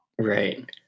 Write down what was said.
right